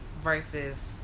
versus